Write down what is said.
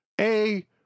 A-